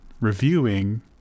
reviewing